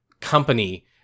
company